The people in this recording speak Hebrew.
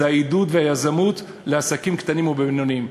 וזה העידוד והיזמות של עסקים קטנים ובינוניים,